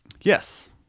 Yes